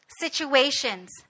Situations